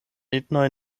etnoj